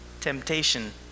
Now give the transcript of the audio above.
Temptation